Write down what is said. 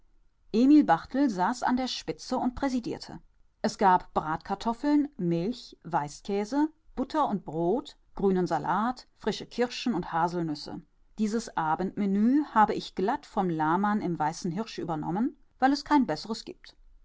emil barthel saß an der spitze und präsidierte es gab bratkartoffeln milch weißkäse butter und brot grünen salat frische kirschen und haselnüsse dieses abend menu habe ich glatt von lahmann im weißen hirsch übernommen weil es kein besseres gibt